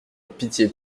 pitié